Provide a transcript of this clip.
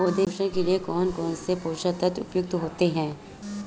पौधे के लिए कौन कौन से पोषक तत्व उपयुक्त होते हैं?